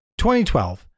2012